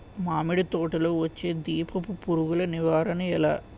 మామిడి తోటలో వచ్చే దీపపు పురుగుల నివారణ ఎలా?